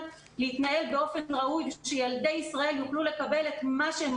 להתנהל באופן ראוי כדי שילדי ישראל יוכלו לקבל את מה שהם